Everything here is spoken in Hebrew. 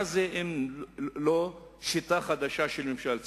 מה זה אם לא שיטה חדשה של ממשל צבאי?